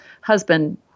husband